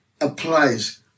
applies